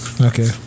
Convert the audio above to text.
Okay